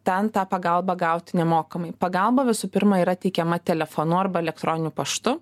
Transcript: ten tą pagalbą gauti nemokamai pagalba visų pirma yra teikiama telefonu arba elektroniniu paštu